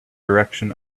direction